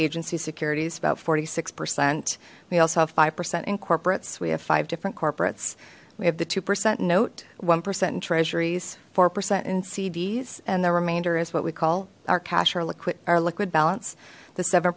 agency securities about forty six percent we also have five percent in corporates we have five different corporates we have the two percent note one percent in treasuries four percent in cds and the remainder is what we call our cash our liquid liquid balance the seven